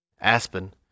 Aspen